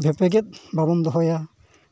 ᱵᱷᱮᱯᱮᱜᱮᱫ ᱵᱟᱵᱚᱱ ᱫᱚᱦᱚᱭᱟ